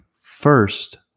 first